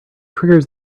triggers